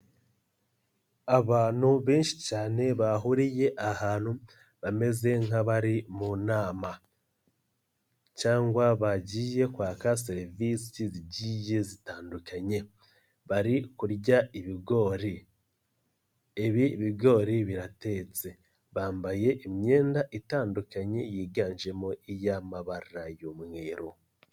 Abantu benshi cyane bahuriye ahantu, bameze nk'abari mu nama cyangwa bagiye kwaka serivisi zigiye zitandukanye, bari kurya ibigori, ibi bigori biratetse, bambaye imyenda itandukanye yiganjemo iy'amabara y'umweru.